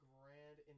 Grand